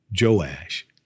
Joash